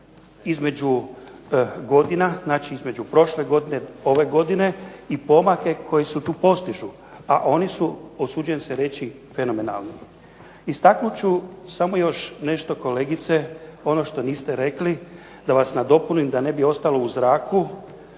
između godina, znači između prošle godine, ove godine i pomake koji se tu postižu, a oni su usuđujem se reći fenomenalni. Istaknut ću samo još nešto kolegice ono što niste rekli da vas nadopunim, da ne bi ostalo u zraku,